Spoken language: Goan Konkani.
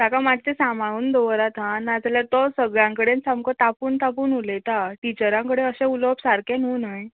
ताका मातशे सांबाळून दवरात हां ना जाल्यार तो सगळ्यां कडेन सामको तापून तापून उलयता टिचर्सां कडेन अशें उलोवप सारके न्हय न्हय